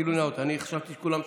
גילוי נאות: אני חשבתי שכולם,